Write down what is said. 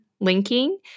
linking